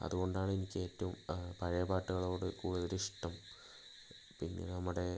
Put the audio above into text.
അതുകൊണ്ടാണ് എനിക്ക് ഏറ്റവും പഴയ പാട്ടുകളോട് കൂടുതലിഷ്ടം പിന്നെ നമ്മുടെ